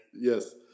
Yes